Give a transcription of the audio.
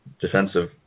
defensive